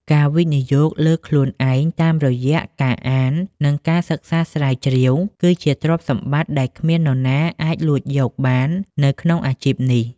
ការវិនិយោគលើខ្លួនឯងតាមរយៈការអាន និងការសិក្សាស្រាវជ្រាវ គឺជាទ្រព្យសម្បត្តិដែលគ្មាននរណាអាចលួចយកបាននៅក្នុងអាជីពនេះ។